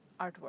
artwork